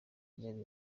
yari